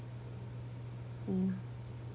mm